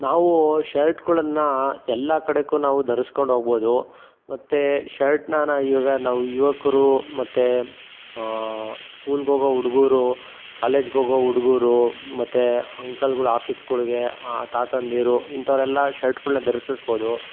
ನಾವು ಶರ್ಟ್ಗಳನ್ನ ಎಲ್ಲ ಕಡೆಗೂ ನಾವು ಧರಿಸ್ಕೊಂಡು ಹೋಗ್ಬೋದು ಮತ್ತೆ ಶರ್ಟ್ನ ನಾವು ಇವಾಗ ನಾವು ಯುವಕರು ಮತ್ತೆ ಸ್ಕೂಲ್ಗೆ ಹೋಗೊ ಹುಡುಗರು ಕಾಲೇಜ್ಗೆ ಹೋಗೊ ಹುಡ್ಗರು ಮತ್ತೆ ಅಂಕಲ್ಗಳು ಆಫೀಸ್ಗಳಿಗೆ ತಾತಂದಿರು ಇಂಥವರೆಲ್ಲ ಶರ್ಟ್ಗಳನ್ನ ಧರಿಸ್ಬಹುದು